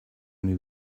only